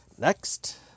Next